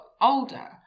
older